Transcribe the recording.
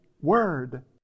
word